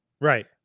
Right